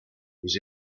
was